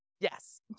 yes